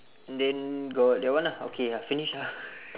then got that one lah okay ya finish ah